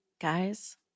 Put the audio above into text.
guys